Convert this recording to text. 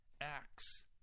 acts